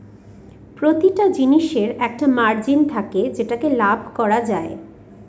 প্রতিটা জিনিসের একটা মার্জিন থাকে যেটাতে লাভ করা যায়